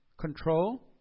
control